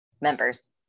members